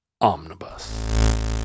omnibus